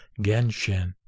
Genshin